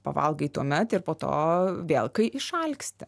pavalgai tuomet ir po to vėl kai išalksti